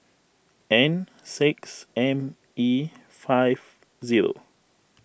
N six M E five zero